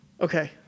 Okay